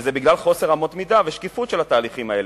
וזה בגלל חוסר אמות מידה ושקיפות של התהליכים האלה.